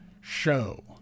show